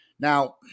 Now